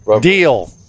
Deal